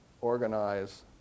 organize